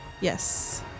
Yes